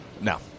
No